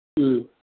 ꯎꯝ